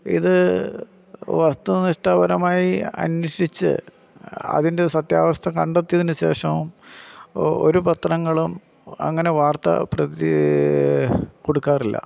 ഇത് വസ്തുനിഷ്ഠ്പരമായി അന്വേഷിച്ച് അതിൻ്റെ സത്യാവസ്ഥ കണ്ടെത്തിയതിന് ശേഷം ഒരു പത്രങ്ങളും അങ്ങനെ വാർത്ത കൊടുക്കാറില്ല